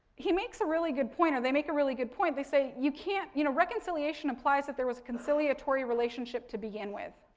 makes a really good point, or they make a really good point, they say, you can't, you know, reconciliation applies if there was conciliatory relationship to begin with,